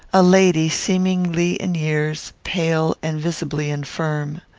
a lady seemingly in years, pale, and visibly infirm.